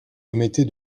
omettez